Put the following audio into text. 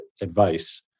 advice